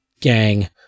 gang